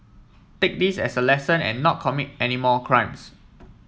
take this as a lesson and not commit any more crimes